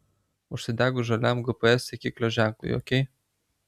užsidegus žaliam gps sekiklio ženklui ok